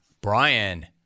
Brian